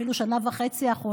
אפילו את השנה וחצי האחרונות,